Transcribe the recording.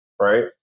right